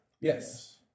Yes